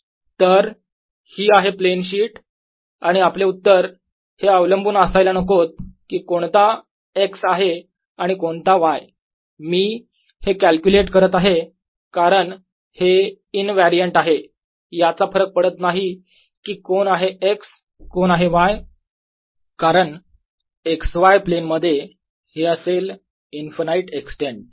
Ar04πjr।r r।dV04πKδzy।r r।dV तर ही आहे प्लेन शीट आणि आपले उत्तर हे अवलंबून असायला नकोत की कोणता x आहे आणि कोणता y मी हे कॅल्क्युलेट करत आहे कारण हे इनव्यरिएंट आहे याचा फरक पडत नाही की कोण आहे x कोण आहे y कारण x y प्लेन मध्ये हे आहे असेल इन्फानाईट एक्सटेंन्ट